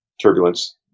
turbulence